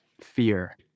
fear